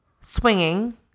SWINGING